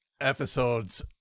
episodes